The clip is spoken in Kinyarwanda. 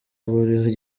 buri